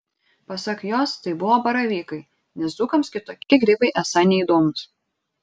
pasak jos tai buvo baravykai nes dzūkams kitokie grybai esą neįdomūs